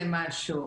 זה משהו.